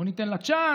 בואו ניתן לה צ'אנס,